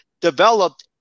developed